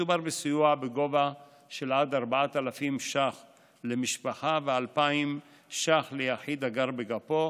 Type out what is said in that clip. מדובר בסיוע של עד 4,000 ש"ח למשפחה ו-2,000 ש"ח ליחיד הגר בגפו,